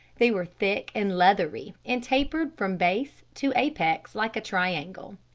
they were thick and leathery and tapered from base to apex like a triangle.